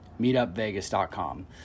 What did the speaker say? Meetupvegas.com